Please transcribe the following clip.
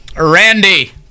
Randy